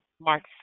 March